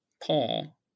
Paul